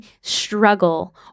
struggle